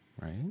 Right